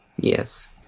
Yes